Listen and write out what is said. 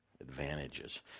advantages